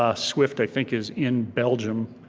ah swift i think is in belgium,